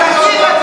מה האידיאולוגיה?